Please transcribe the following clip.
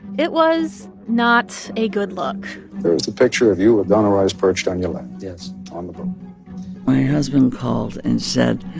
it was not a good look there's a picture of you with donna rice perched on your like on the boat my husband called and said,